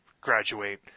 graduate